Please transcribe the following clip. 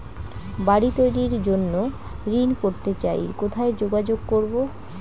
বাড়ি তৈরির জন্য ঋণ করতে চাই কোথায় যোগাযোগ করবো?